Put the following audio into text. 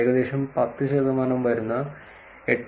ഏകദേശം 10 ശതമാനം വരുന്ന 8